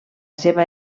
seva